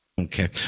Okay